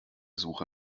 suche